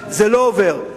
זה לא עובר.